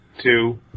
two